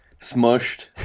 smushed